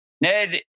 Ned